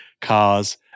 cars